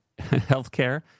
Healthcare